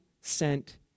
sent